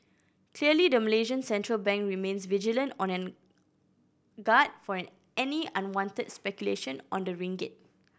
clearly the Malaysian central bank remains vigilant and on guard for an any unwanted speculation on the ringgit